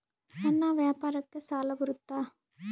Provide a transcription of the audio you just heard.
ಸಣ್ಣ ವ್ಯಾಪಾರಕ್ಕ ಸಾಲ ಬರುತ್ತಾ?